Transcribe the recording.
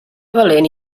valent